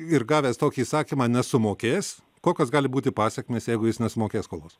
ir gavęs tokį įsakymą nesumokės kokios gali būti pasekmės jeigu jis nesumokės skolos